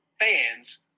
fans